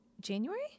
January